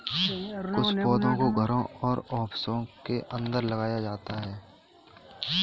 कुछ पौधों को घरों और ऑफिसों के अंदर लगाया जाता है